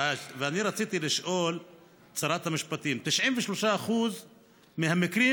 ואני רציתי לשאול את שרת המשפטים: 93% מהמקרים,